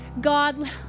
God